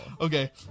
Okay